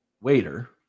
waiter